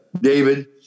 David